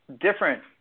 different